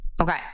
Okay